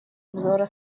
обзора